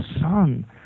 son